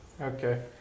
okay